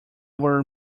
were